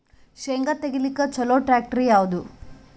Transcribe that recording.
ಶೇಂಗಾ ತೆಗಿಲಿಕ್ಕ ಚಲೋ ಟ್ಯಾಕ್ಟರಿ ಯಾವಾದು?